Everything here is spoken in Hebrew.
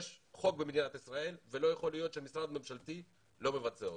יש חוק במדינת ישראל ולא יכול להיות שמשרד ממשלתי לא מבצע אותו.